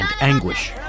anguish